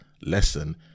lesson